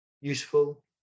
useful